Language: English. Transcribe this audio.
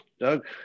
Doug